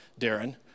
Darren